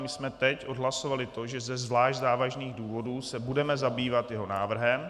My jsme teď odhlasovali to, že ze zvlášť závažných důvodů se budeme zabývat jeho návrhem.